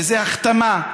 וזה הכתמה,